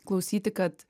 klausyti kad